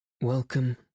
Welcome